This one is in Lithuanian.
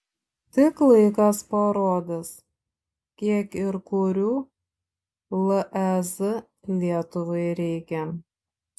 tik laikas parodys kiek ir kurių lez lietuvai reikia